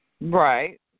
Right